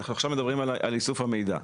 אנחנו עכשיו מדברים על איסוף המידע.